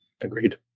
Agreed